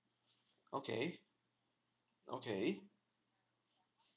okay okay